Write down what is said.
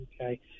Okay